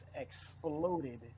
exploded